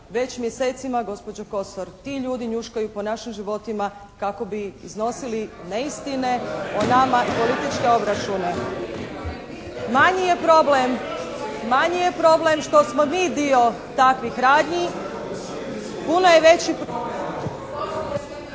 Već mjesecima gospođo Kosor ti ljudi njuškaju po našim životima kako bi iznosili neistine o nama i političke obračune. … /Upadice se ne razumiju./ … Manji je problem, manji je problem što smo mi dio takvih radnji. Puno je veći …